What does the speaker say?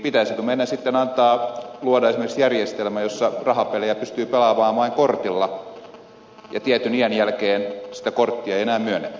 pitäisikö meidän sitten antaa luoda esimerkiksi järjestelmä jossa rahapelejä pystyy pelaamaan vain kortilla ja tietyn iän jälkeen korkein